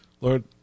Lord